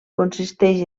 consisteix